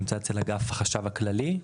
הוא נמצא אצל אגף החשב הכללי,